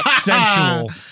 sensual